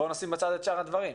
בואו נשים בצד את שאר הדברים.